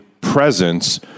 presence